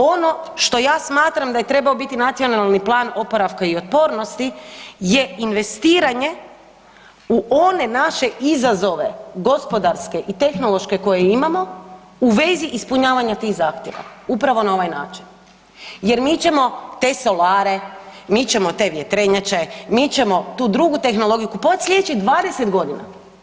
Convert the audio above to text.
Ono što ja smatram da je trebao biti Nacionalni plan oporavka i otpornosti je investiranje u one naše izazove gospodarske i tehnološke koje imamo u vezi ispunjavanja tih zahtjeva upravo na ovaj način jer mi ćemo to solare, mi ćemo te vjetrenjače, mi ćemo tu drugu tehnologiju kupovat sljedećih 20 godina.